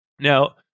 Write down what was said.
Now